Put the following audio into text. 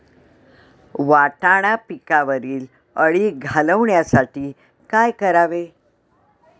वाटाणा पिकावरील अळी घालवण्यासाठी काय करावे?